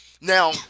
Now